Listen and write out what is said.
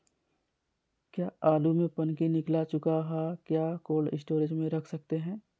क्या आलु में पनकी निकला चुका हा क्या कोल्ड स्टोरेज में रख सकते हैं?